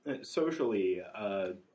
socially